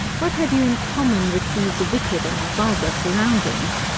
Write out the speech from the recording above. what have you in common with these wicked and vulgar surroundings?